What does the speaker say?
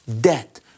debt